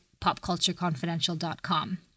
popcultureconfidential.com